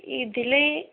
ഇതിൽ